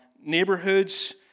neighborhoods